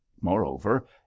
moreover